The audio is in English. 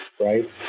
right